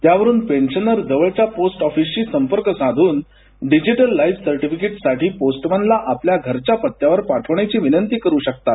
त्यावरून पेन्शनर जवळच्या पोस्ट ऑफीसशी संपर्क साधून डिजिटल लाईफ सर्टीफिकेट साठी पोस्टमनला आपल्या घरच्या पत्त्यावर पाठविण्याची विनंती करू शकतात